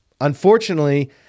unfortunately